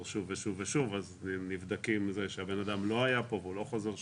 שוב ושוב ושוב אז הם נבדקים שהבן אדם לא היה פה והוא לא חוזר שוב.